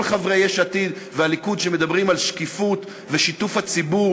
וכל חברי יש עתיד והליכוד שמדברים על שקיפות ושיתוף הציבור